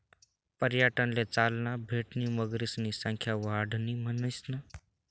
पर्यटनले चालना भेटणी मगरीसनी संख्या वाढणी म्हणीसन